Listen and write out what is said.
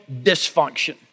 dysfunction